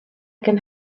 can